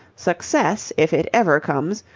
success, if it ever comes,